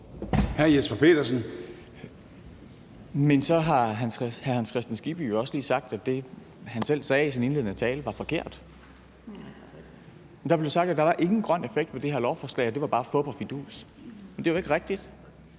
Men så har hr. Hans Kristian Skibby jo også lige sagt, at det, hans selv sagde i sin indledende tale, var forkert. Der blev sagt, der ingen grøn effekt var af det her lovforslag, og at det bare var fup og fidus. Men det er jo ikke rigtigt,